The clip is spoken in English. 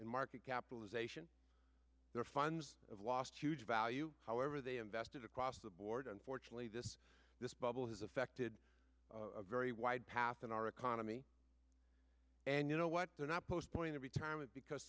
in market capitalization their funds have lost huge value however they invested across the board unfortunately this this bubble has affected a very wide path in our economy and you know what they're not post point of retirement because